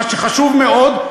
מה שחשוב מאוד,